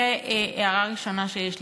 זו ההערה הראשונה שיש לי.